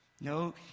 No